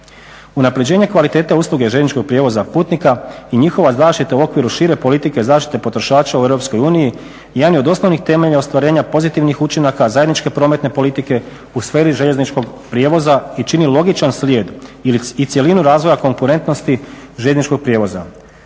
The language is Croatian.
Unapređenje kvalitete usluge željezničkog prijevoza putnika i njihova zaštita u okviru šire politike zaštite potrošača u Europskoj uniji jedan je od osnovnih temelja ostvarenja pozitivnih učinaka zajedničke prometne politike u sferi željezničkog prijevoza i čini logičan slijed i cjelinu razvoja konkurentnosti željezničkog prijevoza.